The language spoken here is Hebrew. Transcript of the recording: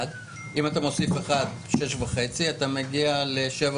אז כשהריבית הבסיסית הייתה 1% ואתה מוסיף לה 6.5% ומגיע ל-7.5%.